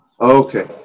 Okay